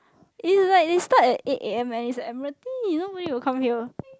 it's like they start at eight A_M and it's at Admiralty nobody will come here